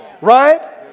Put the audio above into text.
Right